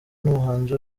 n’umuhanzi